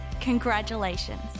congratulations